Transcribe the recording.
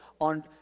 on